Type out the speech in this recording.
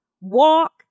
walk